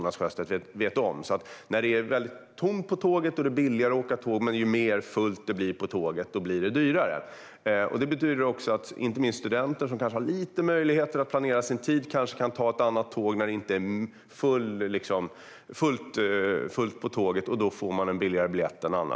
När det är tomt på tåget är det billigare att åka tåg, men ju fullare tåget blir, desto dyrare blir det. Detta betyder att till exempel studenter, som har lite större möjlighet att planera sin tid, kan ta ett tåg som inte är så fullt och då få en billigare biljett.